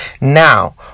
now